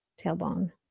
tailbone